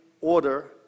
order